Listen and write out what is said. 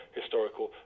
historical